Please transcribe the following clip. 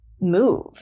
move